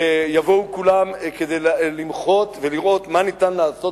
יבואו כולם כדי למחות ולראות מה ניתן לעשות